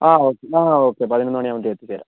അതെ okay okay പതിനൊന്ന് മണിയാകുമ്പഴേക്കും എത്തിച്ചരാം